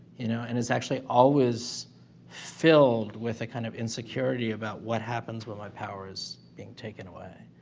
you know, and it's actually always filled with a kind of insecurity about what happens when my power is being taken away.